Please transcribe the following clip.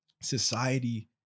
Society